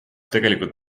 tegelikult